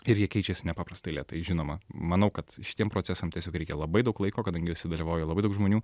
ir jie keičiasi nepaprastai lėtai žinoma manau kad šitiem procesam tiesiog reikia labai daug laiko kadangi juose dalyvauja labai daug žmonių